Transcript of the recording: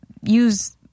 use